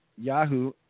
Yahoo